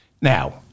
Now